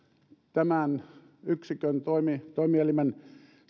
tämän yksikön toimielimen